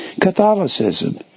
Catholicism